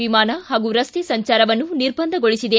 ವಿಮಾನ ಹಾಗೂ ರಸ್ತೆ ಸಂಚಾರವನ್ನು ನಿರ್ಬಂಧಗೊಳಿಸಿದೆ